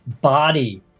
body